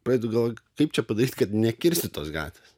pradedu galvoti kaip čia padaryt kad nekirsti tos gatvės